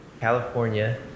California